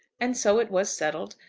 and so it was settled,